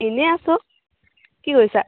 এনেই আছোঁ কি কৰিছা